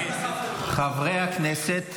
חברת כנסת.